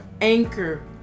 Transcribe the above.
anchor